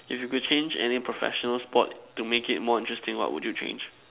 if you could change any professional sport to make it more interesting what would you change